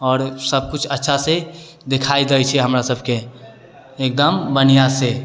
आओर सभ कुछ अच्छासँ दिखाइ दै छै हमरा सभके एकदम बढ़ियाँसँ